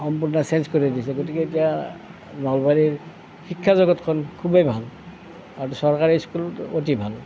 সম্পূৰ্ণ চেঞ্জ কৰি দিছে গতিকে এতিয়া নলবাৰীৰ শিক্ষা জগতখন খুবেই ভাল আৰু চৰকাৰী স্কুল অতি ভাল